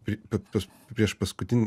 pri pa pas priešpaskutinį